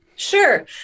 Sure